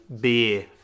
beer